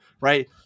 right